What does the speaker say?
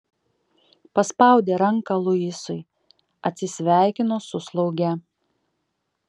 paspaudė ranką luisui atsisveikino su slauge